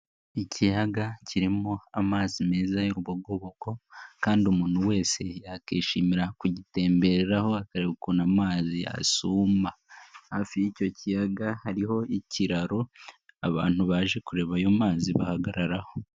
Ikiyaga kirimo amazi meza y'urubogobogo kandi umuntu wese yakwishimira kugitembereraho akareba ukuntu amazi asuma, hafi y'icyo kiyaga hariho ikiraro, abantu baje kureba ayo mazi bahagararaho.